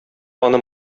аны